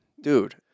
Dude